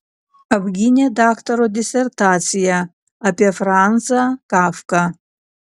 apgynė daktaro disertaciją apie franzą kafką